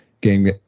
Game